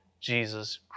Jesus